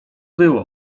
było